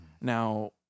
Now